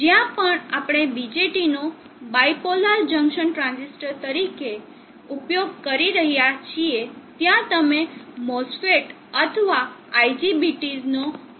જ્યાં પણ આપણે BJT નો બાઈપોલાર જંકશન ટ્રાંઝિસ્ટર તરીકે જ્યાં ઉપયોગ કરીએ છીએ ત્યાં તમે MOSFET અથવા IGBTs નો ઉપયોગ કરી શકો છો